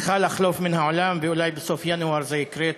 שצריכה לחלוף מן העולם, ואולי בסוף ינואר זה יקרה.